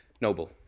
noble